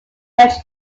french